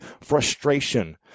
frustration